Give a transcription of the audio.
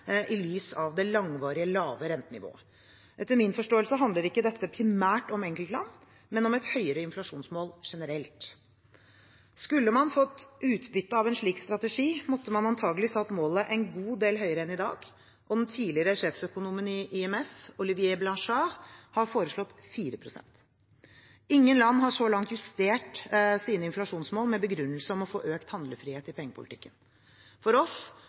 i lys av det langvarig lave rentenivået. Etter min forståelse handler ikke dette primært om enkeltland, men om et høyere inflasjonsmål generelt. Skulle man fått utbytte av en slik strategi, måtte man antakelig satt målet en god del høyere enn i dag, og den tidligere sjeføkonomen i IMF, Olivier Blanchard, har foreslått 4 pst. Ingen land har så langt justert sine inflasjonsmål med begrunnelse om å få økt handlefrihet i pengepolitikken. For oss